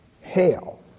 hail